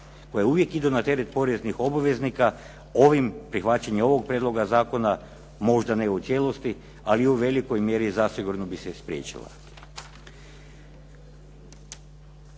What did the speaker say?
koje uvijek idu na teret poreznih obveznika, prihvaćanjem ovog prijedloga zakona možda ne u cijelosti ali u velikoj mjeri zasigurno bi se spriječila.